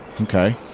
Okay